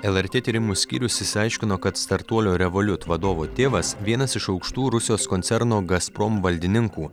lrt tyrimų skyrius išsiaiškino kad startuolio revoliut vadovo tėvas vienas iš aukštų rusijos koncerno gazprom valdininkų